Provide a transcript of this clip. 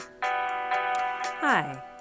Hi